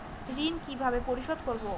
ঋণ কিভাবে পরিশোধ করব?